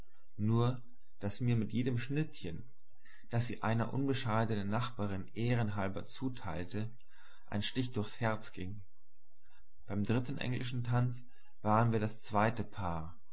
nur daß mir mit jedem schnittchen das sie einer unbescheidenen nachbarin ehrenhalben zuteilte ein stich durchs herz ging beim dritten englischen tanz waren wir das zweite paar